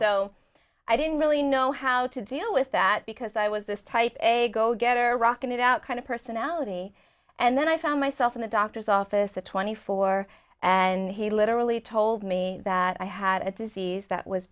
so i didn't really know how to deal with that because i was this type a go getter rocking it out kind of personality and then i found myself in the doctor's office at twenty four and he literally told me that i had a disease that was